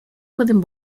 pueden